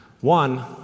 One